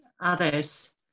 others